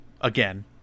again